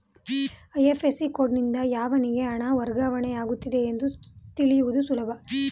IFSC ಕೋಡ್ನಿಂದ ಯಾವನಿಗೆ ಹಣ ವರ್ಗಾವಣೆ ಆಗುತ್ತಿದೆ ಎಂದು ತಿಳಿಸುವುದು ಸುಲಭ